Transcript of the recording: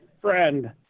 friend